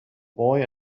boy